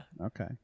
Okay